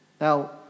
Now